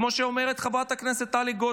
כמו שאומרת חברת הכנסת טלי גוטליב,